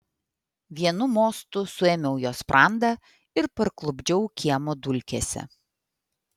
vienu mostu suėmiau jo sprandą ir parklupdžiau kiemo dulkėse